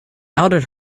outed